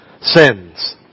sins